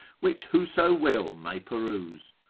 which whoso will may peruse.